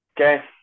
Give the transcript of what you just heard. okay